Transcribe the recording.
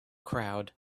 crowd